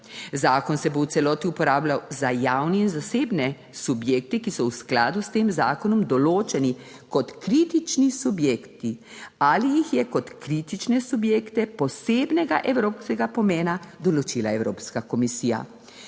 Zakon se bo v celoti uporabljal za javne in zasebne subjekte, ki so v skladu s tem zakonom določeni kot kritični subjekti ali jih je kot kritične subjekte posebnega evropskega pomena določila Evropska komisija.